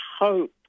hope